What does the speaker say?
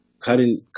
Cutting